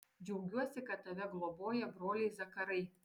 džiaugiuosi kad tave globoja broliai zakarai